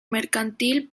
mercantil